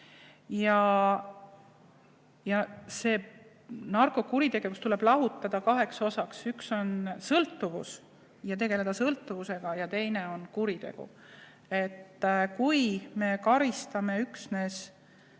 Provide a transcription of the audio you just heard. Ja narkokuritegevus tuleb lahutada kaheks osaks: üks on sõltuvus ja tegeleda tuleb sõltuvusega, teine on kuritegu. Kui me karistame üksnes